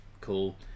Cool